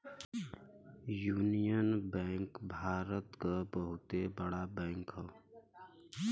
union Bank Bharat क बहुते बड़ा बैंक हौ